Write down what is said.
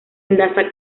enlaza